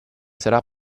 sarà